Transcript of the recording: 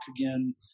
again